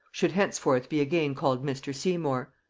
should henceforth be again called mr. seymour.